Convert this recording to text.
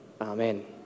Amen